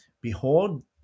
behold